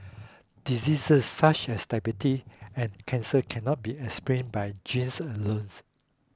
diseases such as diabetes and cancer cannot be explained by genes